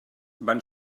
van